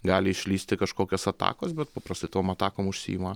gali išlįsti kažkokios atakos bet paprastai tom atakom užsiima